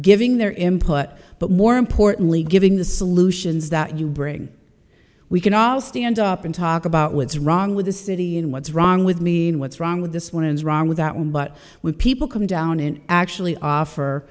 giving their input but more importantly giving the solutions that you bring we can all stand up and talk about what's wrong with the city and what's wrong with mean what's wrong with this one is wrong with that one but when people come down and actually offer